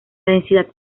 densidad